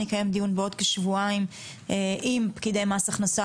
נקיים דיון בעוד כשבועיים עם פקידי מס הכנסה